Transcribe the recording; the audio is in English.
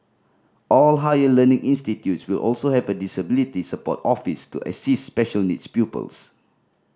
all higher learning institutes will also have a disability support office to assist special needs pupils